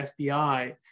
FBI